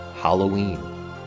halloween